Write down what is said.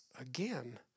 again